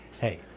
hey